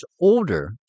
older